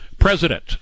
president